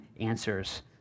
answers